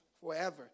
forever